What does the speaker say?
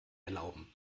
erlauben